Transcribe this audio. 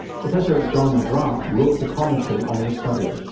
professor john mcgrath wrote the commentary on the study.